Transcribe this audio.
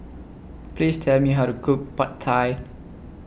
Please Tell Me How to Cook Pad Thai